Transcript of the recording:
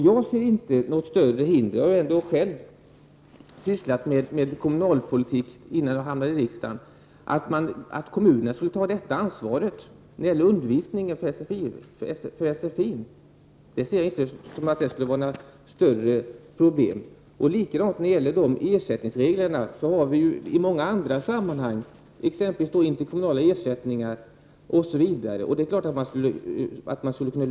Jag har själv sysslat med kommunalpolitik innan jag hamnade i riksdagen, och jag ser inget större hinder för att kommunerna själva skulle ta ansvaret för sfi-undervisningen. Jag ser inte att det skulle medföra några större problem. Detsamma gäller ersättningsreglerna. I många andra sammanhang har vi inte heller kommunala ersättningar. Det är klart att man skulle kunna lösa detta.